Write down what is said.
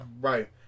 Right